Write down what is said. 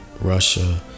Russia